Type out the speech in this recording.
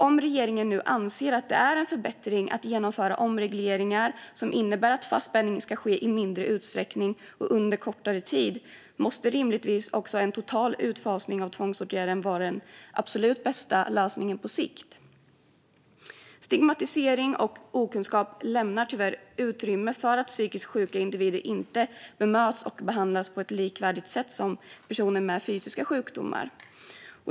Om regeringen nu anser att det är en förbättring att genomföra omregleringar som innebär att fastspänning ska ske i mindre utsträckning och under kortare tid måste rimligtvis en total utfasning av tvångsåtgärden vara den absolut bästa lösningen på sikt. Stigmatisering och okunskap lämnar tyvärr utrymme för att psykiskt sjuka individer inte bemöts och behandlas på ett likadant sätt som personer med fysiska sjukdomar.